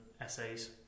essays